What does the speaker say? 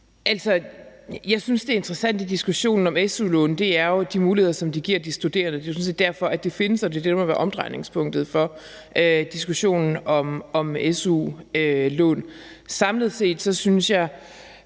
Jeg synes, at det interessante i diskussionen om su-lån er de muligheder, som det giver de studerende. Det er jo sådan set derfor, det findes, og det er det, der må være omdrejningspunktet for diskussionen om su-lån. Samlet set synes jeg,